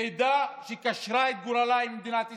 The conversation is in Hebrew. לעדה שקשרה את גורלה עם מדינת ישראל.